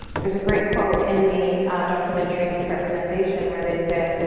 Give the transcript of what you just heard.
there's a great quote in the documentary misrepresentation where they say,